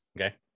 okay